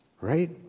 right